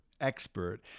expert